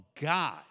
God